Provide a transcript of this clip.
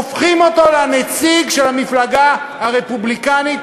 הופכים אותו לנציג של המפלגה הרפובליקנית